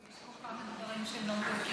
יש פה כמה דברים שהם לא מדויקים.